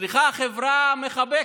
צריך חברה מחבקת,